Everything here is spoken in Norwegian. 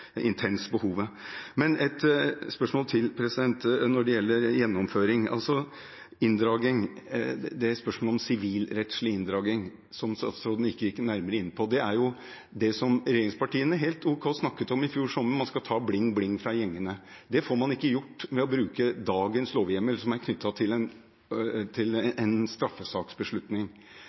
behovet. Men et spørsmål til når det gjelder inndragning: Sivilrettslig inndragning, som statsråden ikke gikk nærmere inn på, er noe som regjeringspartiene, helt ok, snakket om i fjor sommer, man skal ta blingbling fra gjengene. Det får man ikke gjort ved å bruke dagens lovhjemmel, som er knyttet til en straffesaksbeslutning. Kan man ta det sivilrettslig, er det et enklere spor, uten den omfattende straffeprosessen. Vi hadde en